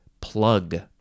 plug